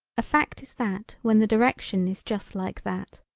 a fact is that when the direction is just like that,